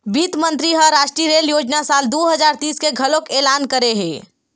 बित्त मंतरी ह रास्टीय रेल योजना साल दू हजार तीस के घलोक एलान करे हे